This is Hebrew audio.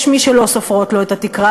יש מי שלא סופרות לו את התקרה,